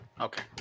Okay